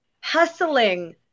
hustling